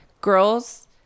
girls